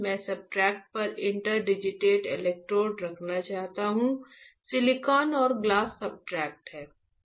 मैं सब्सट्रेट पर interdigitated electrode रखना चाहता हूं सिलिकॉन और ग्लास सब्सट्रेट हैं